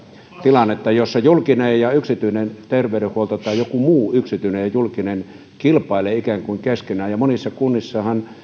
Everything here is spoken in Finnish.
tilannetta jossa julkinen ja yksityinen terveydenhuolto tai joku muu yksityinen ja julkinen kilpailevat ikään kuin keskenään monissa kunnissahan